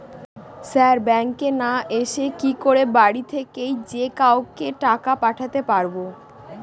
Sir ব্যাঙ্কে না এসে কি করে বাড়ি থেকেই যে কাউকে টাকা পাঠাতে পারবো?